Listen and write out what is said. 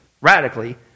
radically